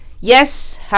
yes